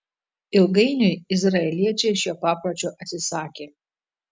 ilgainiui izraeliečiai šio papročio atsisakė